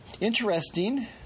interesting